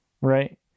right